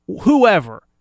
whoever